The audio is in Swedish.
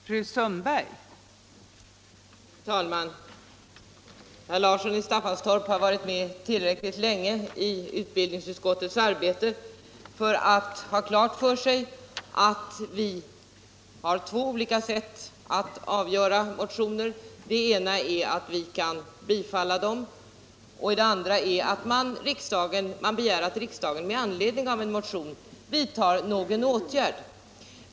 Fru talman! Herr Larsson i Staffanstorp har varit med tillräckligt länge i utbildningsutskottets arbete för att ha klart för sig att utskottet har två olika sätt att behandla motioner. Det ena är att tillstyrka eller avstyrka dem, det andra är att begära att riksdagen med anledning av en motion vidtar någon åtgärd.